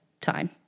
time